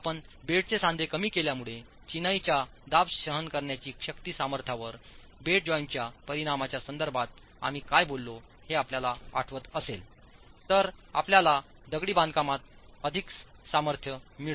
आपण बेडचे सांधे कमी केल्यामुळे चिनाईच्या दाब सहन करण्याची शक्ती सामर्थ्यावर बेड जॉइंटच्या परिणामाच्या संदर्भातआम्ही काय बोललो हे आपल्याला आठवत असेल तर आपल्याला दगडी बांधकामात अधिक सामर्थ्य मिळते